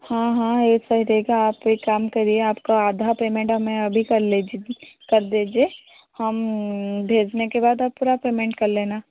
हाँ हाँ ऐसा ही रहेगा आप एक काम करिए आपको आधा पेमेंट हमें अभी कर लीजिए कर दीजिए हम भेजने के बाद आप पूरा पेमेंट कर लेना